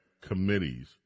committees